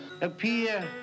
appear